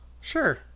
Sure